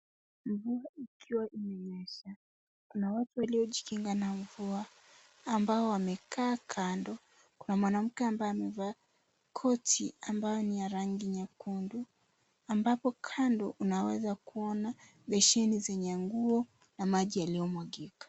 Mvua ikiwa imenyesha, kuna watu waliojikinga na mvua, ambao wamekaa kando. Kuna mwanamke ambaye amevaa koti ambayo ni ya rangi nyekundu, ambapo kando unaweza kuona besheni zenye nguo na maji yaliyomwagika.